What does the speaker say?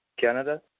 Canada